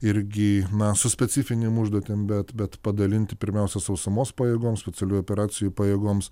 irgi na su specifinėm užduotim bet bet padalinti pirmiausia sausumos pajėgoms specialiųjų operacijų pajėgoms